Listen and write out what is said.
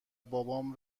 بابام